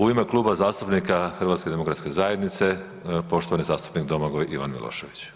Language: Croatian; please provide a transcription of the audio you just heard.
U ime Kluba zastupnika HDZ-a poštovani zastupnik Domagoj Ivan Milošević.